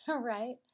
right